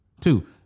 Two